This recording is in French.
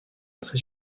très